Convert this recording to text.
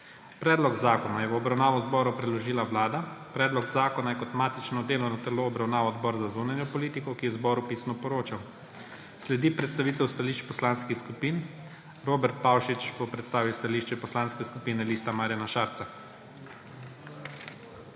Predlog zakona je v obravnavo zboru predložila Vlada. Predlog zakona je kot matično delovno telo obravnaval Odbor za zunanjo politiko, ki je zboru pisno poročal. Sledi predstavitev stališč poslanskih skupin. Robert Pavšič bo predstavil stališče Poslanske skupine Liste Marjana Šarca.